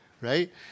right